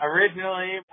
Originally